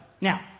Now